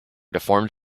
deformed